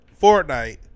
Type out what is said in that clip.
Fortnite